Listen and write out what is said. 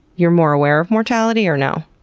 you're more aware of mortality or no?